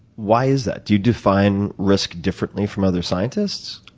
why is that? do you define risk differently from other scientists?